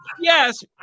yes